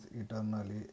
eternally